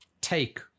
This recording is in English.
take